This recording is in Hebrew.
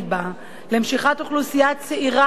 למשיכת אוכלוסייה צעירה ואיכותית לעיר,